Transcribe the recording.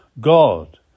God